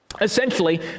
Essentially